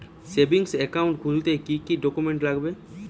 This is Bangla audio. সেভিংস একাউন্ট খুলতে কি কি ডকুমেন্টস লাগবে?